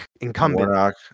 incumbent